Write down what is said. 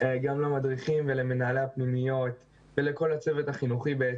גם למדריכים ולמנהלי הפנימיות ולכל הצוות החינוכי בעצם.